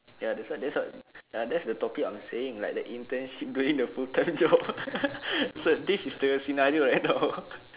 ya that's what that's what ya that's the topic I'm saying like the internship doing the full time job so this is the scenario